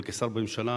אבל כשר בממשלה